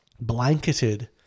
blanketed